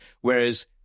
Whereas